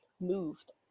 moved